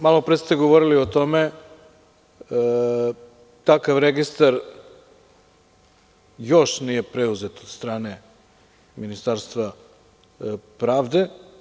Malopre ste govorili o tome, takav registar još nije preuzet od strane Ministarstva pravde.